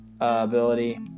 Ability